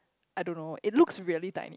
I don't know it looks really tiny